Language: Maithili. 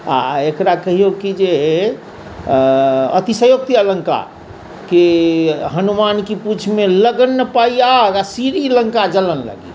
आओर एकरा कहियो कि जे अतिश्योक्ति अलङ्कार कि हनुमान की पूँछमे लग ना पाइ आग सीरी लङ्का जलन लगी